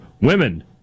Women